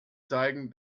zeigen